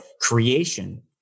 creation